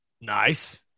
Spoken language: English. Nice